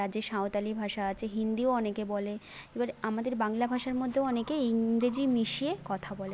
রাজ্যে সাঁওতালি ভাষা আছে হিন্দিও অনেকে বলে এবার আমাদের বাংলা ভাষার মধ্যেও অনেকে ইংরেজি মিশিয়ে কথা বলে